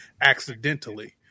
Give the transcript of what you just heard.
accidentally